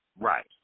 Right